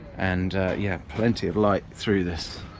and yeah, plenty of light through this